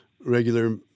regular